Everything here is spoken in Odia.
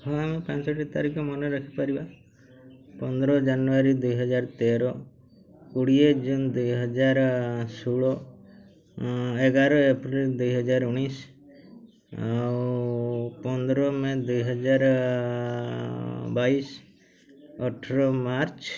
ହଁ ଆମେ ପାଞ୍ଚଟି ତାରିଖ ମନେ ରଖିପାରିବା ପନ୍ଦର ଜାନୁଆରୀ ଦୁଇହଜାର ତେର କୋଡ଼ିଏ ଜୁନ୍ ଦୁଇହଜାର ଷୋହଳ ଏଗାର ଏପ୍ରିଲ୍ ଦୁଇହଜାର ଉଣେଇଶି ଆଉ ପନ୍ଦର ମେ ଦୁଇହଜାର ବାଇଶି ଅଠର ମାର୍ଚ୍ଚ